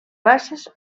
races